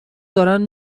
دارن